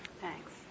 thanks